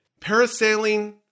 parasailing